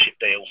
deals